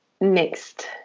next